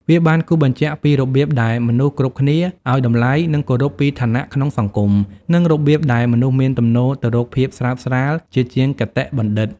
វាបានគូសបញ្ជាក់ពីរបៀបដែលមនុស្សគ្រប់គ្នាអោយតម្លៃ និងគោរពពីឋានៈក្នុងសង្គម និងរបៀបដែលមនុស្សមានទំនោរទៅរកភាពស្រើបស្រាលជាជាងគតិបណ្ឌិត។